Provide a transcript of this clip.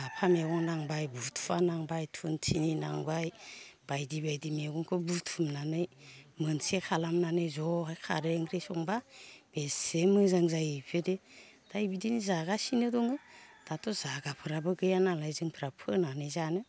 लाफा मैगं नांबाय बुथुवा नांबाय थुनथिनि नांबाय बायदि बायदि मेगंखौ बुथुमनानै मोनसे खालामनानैहाय ज' खारै ओंख्रि संब्ला बेसे मोजां जायो बेफोरबायदि ओमफ्राय बिदिनो जागासिनो दाथ' जागाफोराबो गैया नालाय जोंफ्रा फोनानै जानो